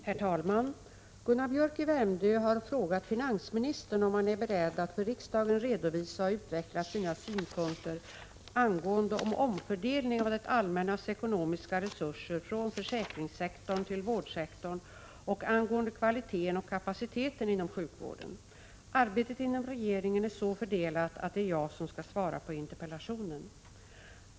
Herr talman! Gunnar Biörck i Värmdö har frågat finansministern om han är beredd att för riksdagen redovisa och utveckla sina synpunkter angående en omfördelning av det allmännas ekonomiska resurser från försäkringssektorn till vårdsektorn och angående kvaliteten och kapaciteten inom sjukvården. Arbetet inom regeringen är så fördelat att det är jag som skall svara på interpellationen.